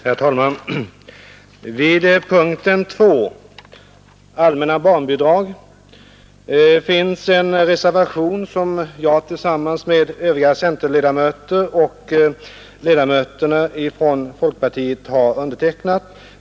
Herr talman! Vid punkten 2, allmänna barnbidrag, finns en reservation, som jag tillsammans med övriga centeroch folkpartiledamöter i utskottet har undertecknat.